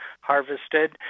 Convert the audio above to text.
harvested